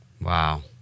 Wow